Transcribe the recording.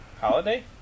Holiday